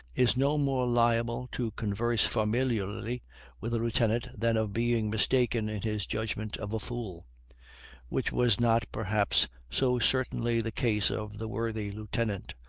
is no more liable to converse familiarly with a lieutenant than of being mistaken in his judgment of a fool which was not, perhaps, so certainly the case of the worthy lieutenant,